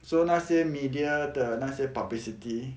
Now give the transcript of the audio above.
so 那些 media 的那些 publicity